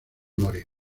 morir